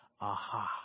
aha